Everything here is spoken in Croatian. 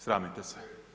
Sramite se.